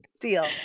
deal